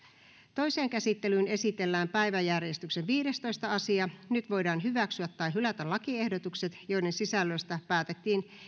toiseen käsittelyyn esitellään päiväjärjestyksen viidestoista asia nyt voidaan hyväksyä tai hylätä lakiehdotukset joiden sisällöstä päätettiin